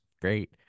great